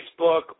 Facebook